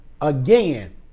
Again